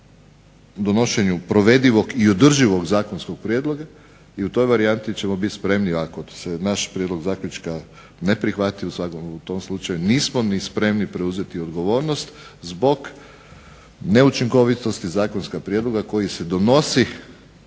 do sada u donošenju provedivog i održivog zakonskog prijedloga i u toj varijanti ćemo biti spremni ako se naš prijedlog zaključka ne prihvati u tom slučaju nismo ni spremni preuzeti odgovornost zbog neučinkovitosti zakonskog prijedloga koji se donosi